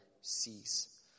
cease